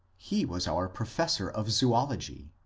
he was our professor of zoology.